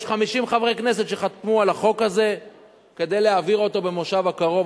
יש 50 חברי כנסת שחתמו על החוק הזה כדי להעביר אותו בכנס הקרוב.